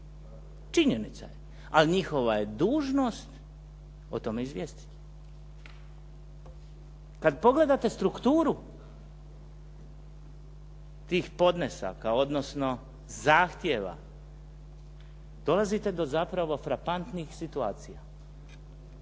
Činjenica je, ali njihova je dužnost o tome izvijestiti. Kad pogledate strukturu tih podnesaka, odnosno zahtjeva, dolazite do zapravo frapantnih situacija.